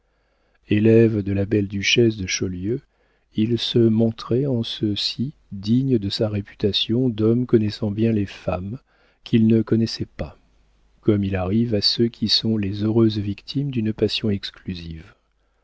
élève de la belle duchesse de chaulieu il se montrait en ceci digne de sa réputation d'homme connaissant bien les femmes qu'il ne connaissait pas comme il arrive à ceux qui sont les heureuses victimes d'une passion exclusive